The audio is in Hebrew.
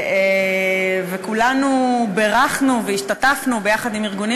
וכולנו בירכנו והשתתפנו יחד עם ארגונים